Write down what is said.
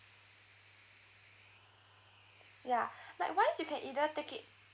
ya likewise you can either take it